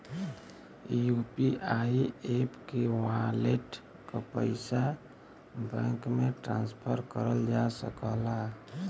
UPI app के wallet क पइसा बैंक में ट्रांसफर करल जा सकला